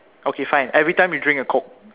okay fine every time you drink a coke